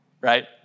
right